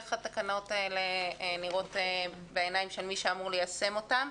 איך התקנות האלה נראות בעיניי מי שאמור ליישם אותן.